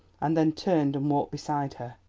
and then turned and walked beside her.